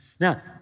Now